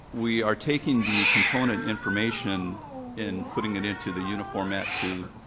we are taking the component information and putting it into the uniformat to